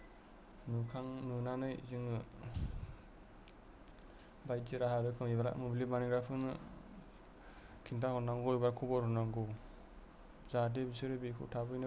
नुखां नुनानै जोङो बायदि राहा रोखोम एबा मोब्लिब बानायग्राफोरनो खिन्थाहरनांगौ बा खबर हरनांगौ जाहाथे बिसोरो बेखौ थाबैनो बोखारनानै